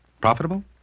Profitable